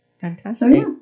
Fantastic